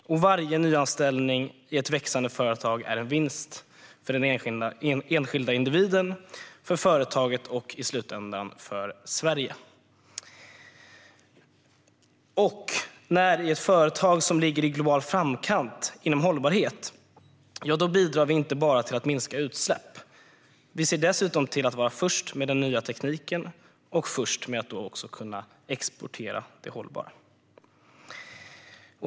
Varje nyanställning i ett växande företag är en vinst för den enskilda individen, för företaget och i slutändan för Sverige. Och när vi har företag som ligger i global framkant inom hållbarhet bidrar vi inte bara till att minska utsläpp, utan vi ser dessutom till att vara först med den nya tekniken och först med att kunna exportera det hållbara.